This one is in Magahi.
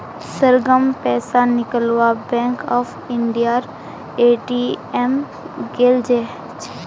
सरगम पैसा निकलवा बैंक ऑफ इंडियार ए.टी.एम गेल छ